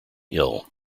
ill